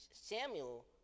Samuel